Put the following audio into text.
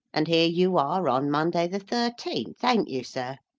and here you are on monday the thirteenth, ain't you, sir?